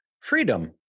freedom